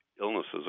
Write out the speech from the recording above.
illnesses